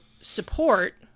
support